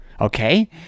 Okay